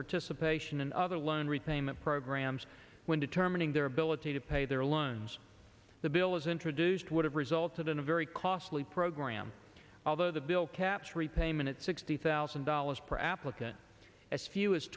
participation and other loan repayment programs when determining their ability to pay their loans the bill is introduced would have resulted in a very costly program although the bill caps repayment sixty thousand dollars per applicant as few